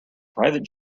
private